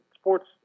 Sports